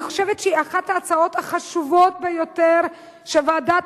אני חושבת שהיא אחת ההצעות החשובות ביותר שוועדת